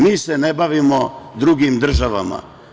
Mi se ne bavimo drugim državama.